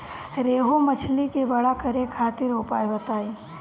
रोहु मछली के बड़ा करे खातिर उपाय बताईं?